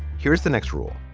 here's the next rule.